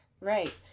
Right